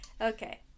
Okay